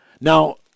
Now